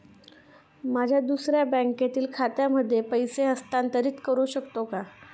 माझ्या दुसऱ्या बँकेतील खात्यामध्ये पैसे हस्तांतरित करू शकतो का?